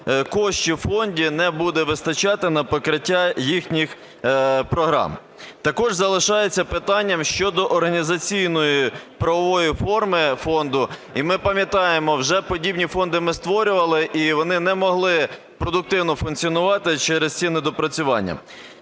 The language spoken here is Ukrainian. коштів у фонді не буде вистачати на покриття їхніх програм. Також залишається питання щодо організаційної правової форми фонду. І ми пам'ятаємо, вже подібні фонди ми створювали і вони не могли продуктивно функціонувати через ці недопрацювання.